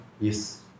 yes